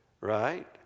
right